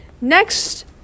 Next